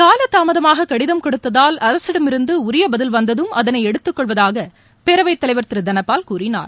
கால தாமதமாக கடிதம் கொடுத்ததால் அரசிடமிருந்து உரிய பதில் வந்ததும் அதனை எடுத்துக்கொள்வதாக பேரவைத் தலைவர் திரு தனபால் கூறினார்